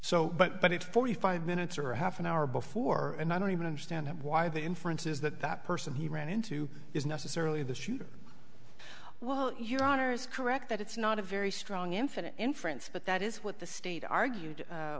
so but but it's forty five minutes or a half an hour before and i don't even understand why the inference is that that person he ran into is necessarily the shooter well your honor is correct that it's not a very strong infinite inference but that is what the state argued